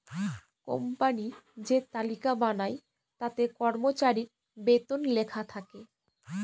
company যে তালিকা বানায় তাতে কর্মচারীর বেতন লেখা থাকে